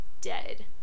dead